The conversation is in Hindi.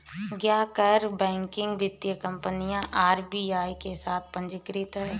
क्या गैर बैंकिंग वित्तीय कंपनियां आर.बी.आई के साथ पंजीकृत हैं?